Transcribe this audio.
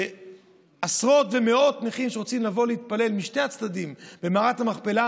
שעשרות ומאות נכים שרוצים לבוא להתפלל במערת המכפלה,